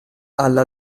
alla